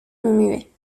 muet